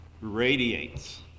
radiates